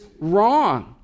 wrong